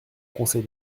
conseil